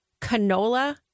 canola